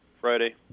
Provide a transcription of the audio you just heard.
Friday